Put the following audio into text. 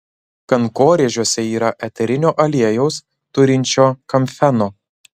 kankorėžiuose yra eterinio aliejaus turinčio kamfeno